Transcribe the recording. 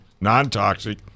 non-toxic